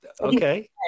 Okay